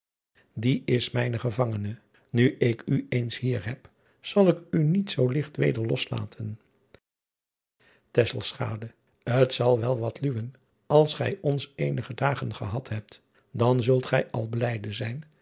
die is mijne gevangene u ik u eens hier heb zal ik u niet zoo ligt weder loslaten t al wel wat luwen als gij ons eenige dagen gehad hebt dan zult gij al blijde zijn